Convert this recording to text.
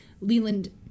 Leland